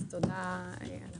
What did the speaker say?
אז תודה על הכול.